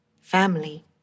family